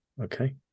okay